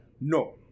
no